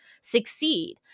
succeed